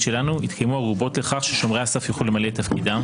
שלנו יתקיימו ערובות לכך ששומרי הסף יוכלו למלא את תפקידם.